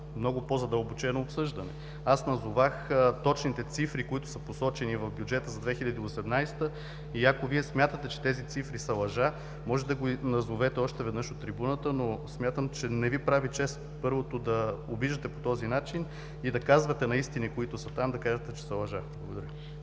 много по-задълбочено обсъждане. Аз назовах точните цифри, които са посочени в бюджета за 2018 г. и ако Вие смятате, че тези цифри са лъжа, може да го назовете още веднъж от трибуната. Но смятам, че не Ви прави чест да обиждате по този начин и да казвате на истини, които са там, че са лъжа. Благодаря.